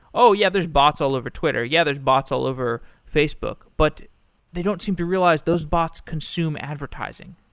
oh, yeah. there's bots allover twitter. yeah, there's bots allover facebook, but they don't seem to realize those bots consume advertising.